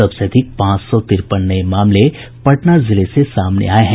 सबसे अधिक पांच सौ तिरपन नये मामले पटना जिले से सामने आये हैं